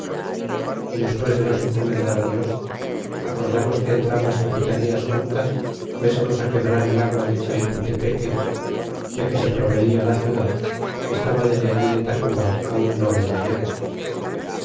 y despues de nos encomendará dios acordamos que entrambas capitanías juntas fuésemos quebrar el agua de chalputepeque de que se proveia la ciudad que estaba desde allí de tacuba aun no media legua